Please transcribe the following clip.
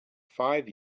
five